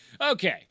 Okay